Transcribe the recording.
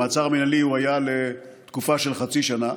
המעצר המינהלי היה לתקופה של חצי שנה.